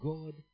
God